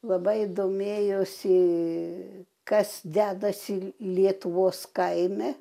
labai domėjosi kas dedasi lietuvos kaime